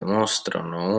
mostrano